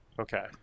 Okay